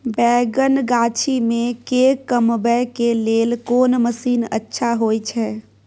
बैंगन गाछी में के कमबै के लेल कोन मसीन अच्छा होय छै?